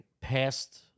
past